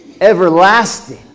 Everlasting